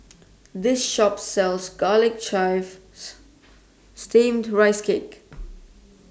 This Shop sells Garlic Chives Steamed Rice Cake